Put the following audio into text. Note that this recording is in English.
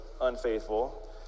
unfaithful